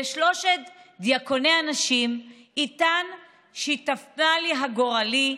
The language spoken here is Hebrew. בשלושת דיוקני הנשים איתן שיתפני גורלי,